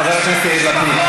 חבר הכנסת יאיר לפיד,